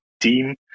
team